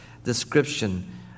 Description